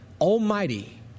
almighty